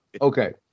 Okay